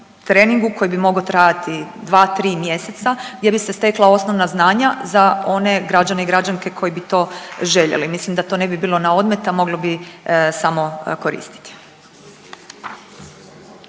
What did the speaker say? koji bi mogao trajati 2, 3 mjeseca gdje bi se stekla osnovna znanja za one građane i građanke koji bi to željeli. Mislim da to ne bi bilo na odmet, a moglo bi samo koristiti.